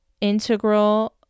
integral